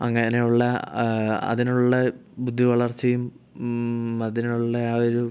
അങ്ങനെയുള്ള അതിനുള്ള ബുദ്ധി വളർച്ചയും അതിനുള്ള ആ ഒരു